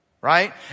right